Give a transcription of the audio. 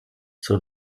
zur